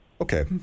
Okay